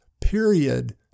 period